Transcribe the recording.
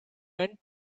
went